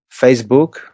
Facebook